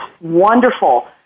wonderful